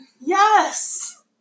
Yes